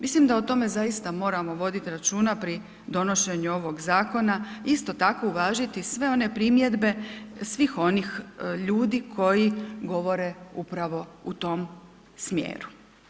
Mislim da o tome zaista moramo voditi računa pri donošenju ovog, isto tako uvažiti sve one primjedbe, svih onih ljudi koji govore upravo u tom smjeru.